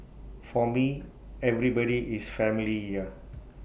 for me everybody is family here